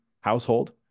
household